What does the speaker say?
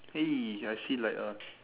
!hey! I see like a